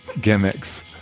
gimmicks